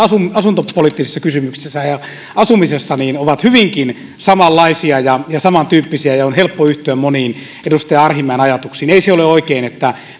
asuntopoliittisissa kysymyksissä ja asumisessa ovat hyvinkin samanlaisia ja samantyyppisiä ja on helppo yhtyä moniin edustaja arhinmäen ajatuksiin ei se ole oikein että